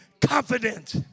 confident